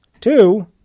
two